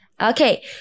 Okay